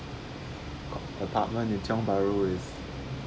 apartment in tiong baru is